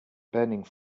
burning